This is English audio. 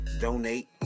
Donate